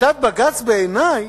החלטת בג"ץ, בעיני,